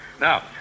Now